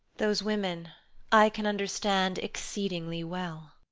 those women i can understand exceedingly well.